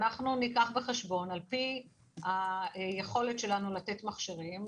ואנחנו ניקח בחשבון לפי היכולת שלנו לתת מכשירים,